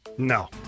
No